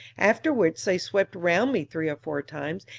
after which they swept round me three or four times,